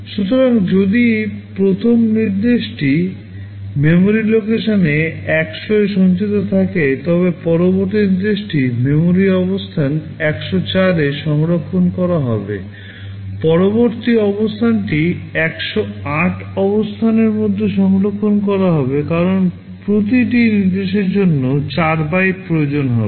সুতরাং যদি প্রথম নির্দেশটি মেমোরি লোকেশন 100 এ সঞ্চিত থাকে তবে পরবর্তী নির্দেশটি মেমোরি অবস্থান 104 এ সংরক্ষণ করা হবে পরবর্তী অবস্থানটি 108 অবস্থানের মধ্যে সংরক্ষণ করা হবে কারণ প্রতিটি নির্দেশের জন্য 4 byte প্রয়োজন হবে